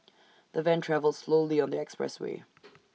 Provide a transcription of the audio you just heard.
the van travelled slowly on the expressway